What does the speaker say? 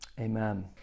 Amen